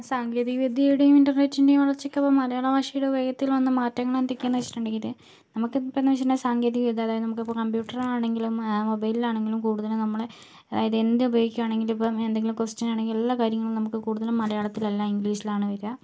സാങ്കേതിക വിദ്യയുടെയും ഇന്റര്നെറ്റിന്റെയും വളര്ച്ചയ്ക്ക് ഇപ്പോൾ മലയാള ഭാഷയുടെ ഉപയോഗത്തില് വന്ന മാറ്റങ്ങള് എന്തൊക്കെയാണ് എന്ന് വെച്ചിട്ടുണ്ടെങ്കില് നമുക്ക് ഇപ്പോൾ എന്ന് വച്ചു കഴിഞ്ഞാ സാങ്കേതിക ഇത് അതായത് നമുക്ക് കമ്പ്യൂട്ടര് ആണെങ്കിലും മൊബൈലില് ആണെങ്കിലും കൂടുതല് നമ്മളെ അതായത് എന്ത് ഉപയോഗിക്കുക ആണെങ്കിലും ഇപ്പൊ എന്തെങ്കിലും ക്വസ്റ്റ്യന് ആണെങ്കിലും എല്ലാ കാര്യങ്ങളും നമുക്ക് കൂടുതലും മലയാളത്തില് അല്ല ഇംഗ്ലീഷിലാണ് വരിക